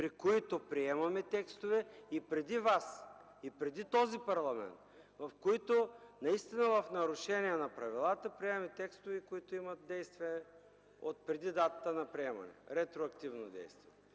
има много прецеденти и преди Вас, и преди този парламент, в които наистина в нарушение на правилата приемаме текстове, които имат действие от преди датата на приемане – ретроактивно действие.